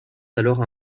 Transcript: alors